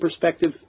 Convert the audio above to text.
perspective